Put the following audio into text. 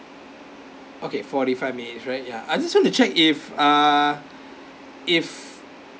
okay forty five minutes right ya I just want to check if err if